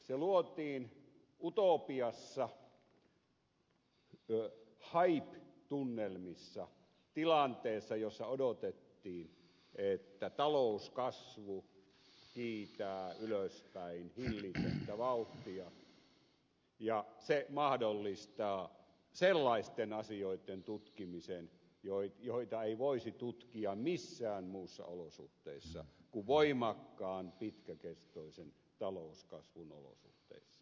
se luotiin utopiassa hype tunnelmissa tilanteessa jossa odotettiin että talouskasvu kiitää ylöspäin hillitöntä vauhtia ja se mahdollistaa sellaisten asioitten tutkimisen joita ei voisi tutkia missään muissa olosuhteissa kuin voimakkaan pitkäkestoisen talouskasvun olosuhteissa